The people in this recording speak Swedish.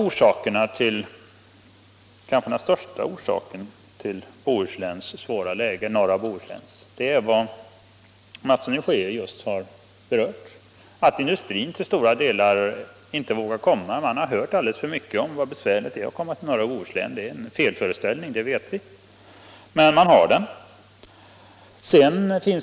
Den kanske viktigaste orsaken till norra Bohusläns svåra läge är den som herr Mattsson i Skee just har berört, nämligen att stora delar av industrin inte vågar etablera sig där, därför att man har hört alldeles för mycket om hur besvärligt det är att komma till norra Bohuslän. Det är en felaktig föreställning — det vet vi — men man har den.